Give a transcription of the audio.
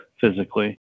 physically